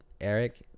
Eric